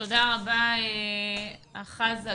תודה רבה אחז אגם.